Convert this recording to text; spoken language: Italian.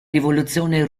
rivoluzione